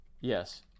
Yes